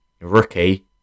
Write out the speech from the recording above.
Rookie